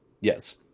Yes